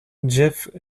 jef